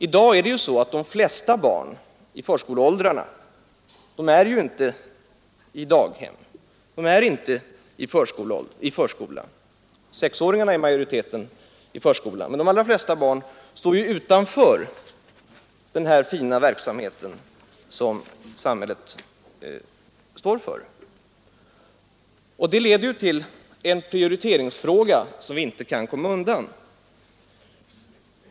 I dag finns de flesta barn i förskoleåldrarna inte i daghem, inte i förskola. Av sexåringarna går majoriteten i förskola, men annars står flertalet barn utanför. Det leder till en prioriteringsfråga som vi inte kan komma undan.